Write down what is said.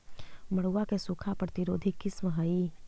मड़ुआ के सूखा प्रतिरोधी किस्म हई?